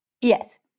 Yes